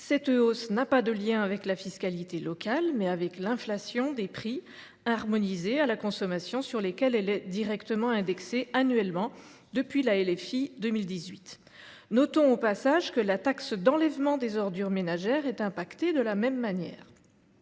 Cette hausse a un lien non pas avec la fiscalité locale, mais avec l’inflation des prix harmonisés à la consommation sur lesquels elle est directement indexée, annuellement, depuis la loi de finances de 2018. Notons au passage que la taxe d’enlèvement des ordures ménagères (Teom) est touchée de la même manière.